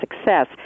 success